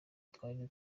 twari